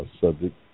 subject